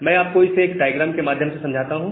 मैं इसे आपको एक डायग्राम के माध्यम से समझाता हूं